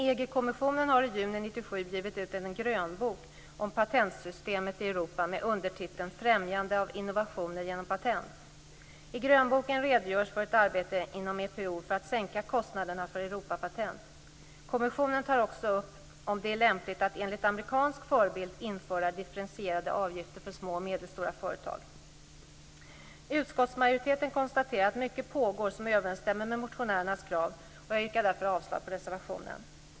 EG-kommissionen har i juni 1997 givit ut en grönbok om patentsystemet i Europa med undertiteln Främjande av innovationer genom patent. I grönboken redogörs för ett arbete inom EPO för att sänka kostnaderna för Europapatent. Kommissionen tar också upp om det är lämpligt att enligt amerikansk förebild införa differentierade avgifter för små och medelstora företag. Utskottsmajoriteten konstaterar att mycket pågår som överensstämmer med motionärernas krav, och jag yrkar därför avslag på reservationen.